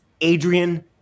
Adrian